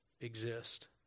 exist